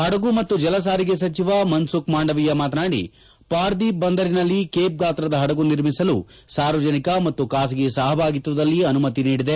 ಪಡಗು ಮತ್ತು ಜಲಸಾರಿಗೆ ಸಚಿವ ಮನ್ಸುಖ್ ಮಾಂಡವೀಯ ಮಾತನಾಡಿ ಪಾರದೀಪ್ ಬಂದರಿನಲ್ಲಿ ಕೇಪ್ ಗಾತ್ರದ ಪಡಗು ನಿರ್ಮಿಸಲು ಸಾರ್ವಜನಿಕ ಮತ್ತು ಖಾಸಗೀ ಸಪಭಾಗಿತ್ವದಲ್ಲಿ ಅನುಮತಿ ನೀಡಿದೆ